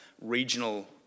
regional